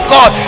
God